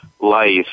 life